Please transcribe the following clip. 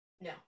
no